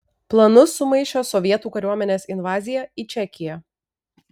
planus sumaišė sovietų kariuomenės invazija į čekiją